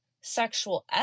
sexual